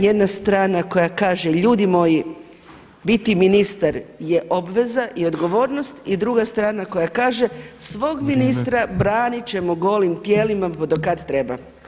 Jedna strana koja kaže ljudi moji biti ministar je obveza i odgovornost i druga strana koja kaže: „Svog ministra branit ćemo [[Upadica predsjednik: Vrijeme.]] golim tijelima do kad treba.